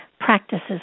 practices